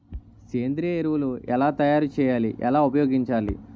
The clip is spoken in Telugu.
సేంద్రీయ ఎరువులు ఎలా తయారు చేయాలి? ఎలా ఉపయోగించాలీ?